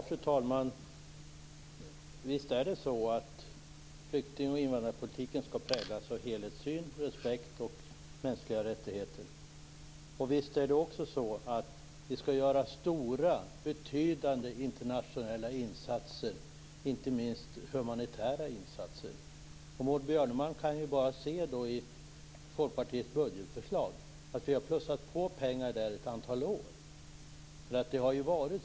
Fru talman! Visst är det så att flykting och invandrarpolitiken skall präglas av helhetssyn, respekt och mänskliga rättigheter. Visst skall vi också göra stora och betydande internationella insatser, inte minst humanitära insatser. Maud Björnemalm kan i Folkpartiets budgetförslag se att vi där har plussat på pengar ett antal år.